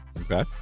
okay